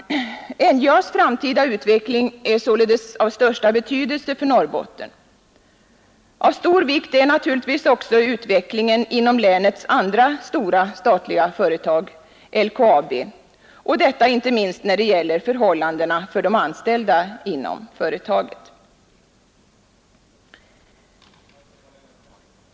NJA:s framtida utveckling är således av största betydelse för Norrbotten. Av stor vikt är naturligtvis också utvecklingen inom länets andra stora statliga företag, LKAB, och detta inte minst när det gäller förhållandena för de anställda inom företaget.